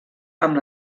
amb